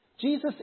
Jesus